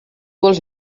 vols